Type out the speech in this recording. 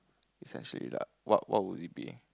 essentially lah what what will it be